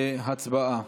הצבעה.